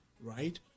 right